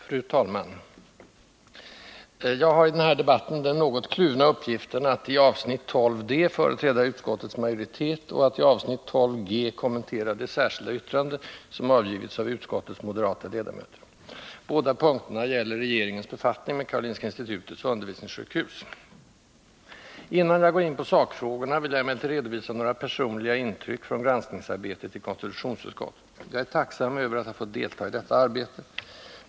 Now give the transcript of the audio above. Fru talman! Jag har i den här debatten den något kluvna uppgiften att i avsnitt 12 d företräda utskottets majoritet och att i avsnitt 12 g kommentera det särskilda yttrande som avgivits av utskottets moderata ledamöter. Båda punkterna gäller regeringens befattning med Karolinska institutets undervisningssjukhus. Innan jag går in på sakfrågorna vill jag emellertid redovisa några personliga intryck från granskningsarbetet i konstitutionsutskottet. Jag är tacksam över att ha fått delta i detta arbete.